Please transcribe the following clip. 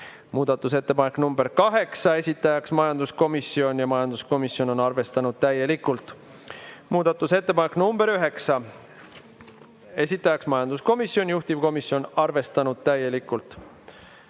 Muudatusettepanek nr 8, esitajaks majanduskomisjon ja majanduskomisjon on arvestanud täielikult. Muudatusettepanek nr 9, esitajaks majanduskomisjon, juhtivkomisjon on arvestanud täielikult.